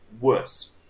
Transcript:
worse